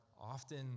often